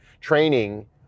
training